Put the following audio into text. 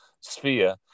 sphere